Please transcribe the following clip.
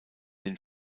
den